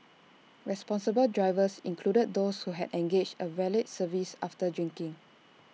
responsible drivers included those who had engaged A valet service after drinking